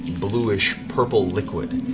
bluish purple liquid.